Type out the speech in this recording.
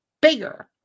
bigger